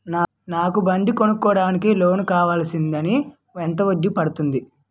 నాకు బండి కొనడానికి లోన్ కావాలిదానికి వడ్డీ ఎంత పడుతుంది?